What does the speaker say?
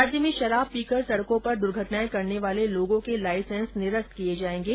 राज्य में शराब पीकर सड़कों पर दुर्घटनाऐं करने वाले लोगों के लाईसेंस निरस्त किये जायेंगे